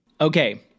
Okay